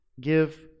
give